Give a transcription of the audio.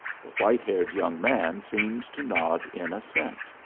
the white-haired young man seemed to nod in assent.